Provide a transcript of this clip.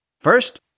First